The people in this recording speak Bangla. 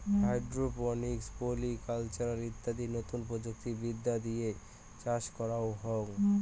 হাইড্রোপনিক্স, পলি কালচার ইত্যাদি নতুন প্রযুক্তি বিদ্যা দিয়ে চাষ করাঙ হই